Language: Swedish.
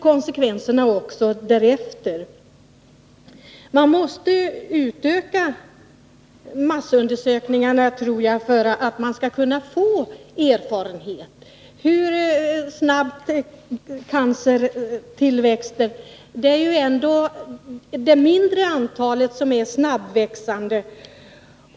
Konsekvenserna blir då därefter. Jag tror att man måste utöka massundersökningarna för att man skall kunna få erfarenhet av hur snabbt cancer tillväxer. Vi vet dock att det är det mindre antalet cancertyper som är snabbväxande.